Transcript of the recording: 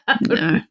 no